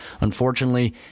Unfortunately